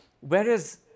Whereas